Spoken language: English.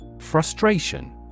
Frustration